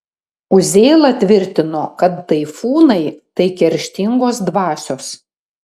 uzėla tvirtino kad taifūnai tai kerštingos dvasios